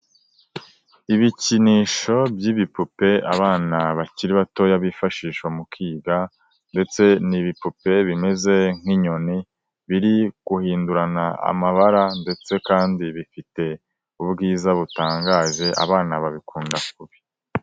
Ibikinisho by'ibipupe, abana bakiri batoya bifashisha mu kwiga, ndetse n'ibipupe bimeze nk'inyoni biri guhindurana amabara, ndetse kandi bifite ubwiza butangaje abana babikunda kubi.